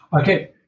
Okay